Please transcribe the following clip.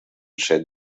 set